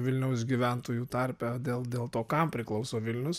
vilniaus gyventojų tarpe dėl dėl to kam priklauso vilnius